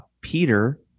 Peter